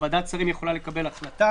ועדת שרים יכולה לקבל החלטה,